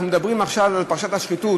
אנחנו מדברים עכשיו על פרשת השחיתות